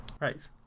Right